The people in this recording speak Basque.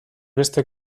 beste